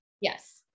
Yes